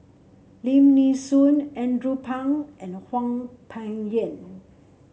Lim Nee Soon Andrew Phang and Hwang Peng Yuan